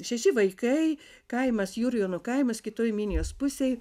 šeši vaikai kaimas jurjonų kaimas kitoj minijos pusėj